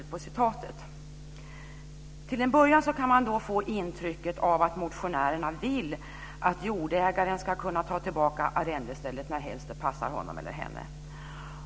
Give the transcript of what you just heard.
Till en början kan man få intrycket att motionärerna vill att jordägaren ska kunna ta tillbaka arrendestället närhelst det passar honom eller henne.